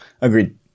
agreed